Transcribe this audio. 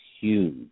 huge